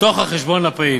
לתוך החשבון הפעיל.